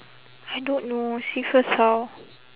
I don't know see first how